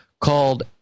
called